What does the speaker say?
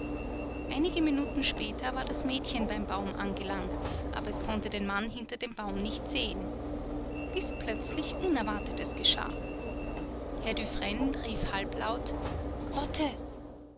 einige minuten später war das mädchen beim baum angelangt aber es konnte den mann hinter dem baum nicht sehen bis plötzlich unerwartetes geschah herr dufresne rief halblaut lotte